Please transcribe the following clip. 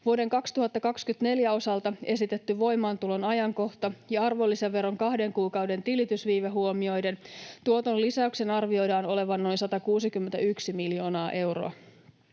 Vuoden 2024 osalta esitetty voimaantulon ajankohta ja arvonlisäveron kahden kuukauden tilitysviive huomioiden tuoton lisäyksen arvioidaan olevan noin 161 miljoonaa euroa.